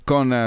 Con